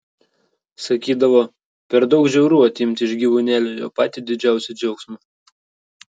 sakydavo per daug žiauru atimti iš gyvūnėlio jo patį didžiausią džiaugsmą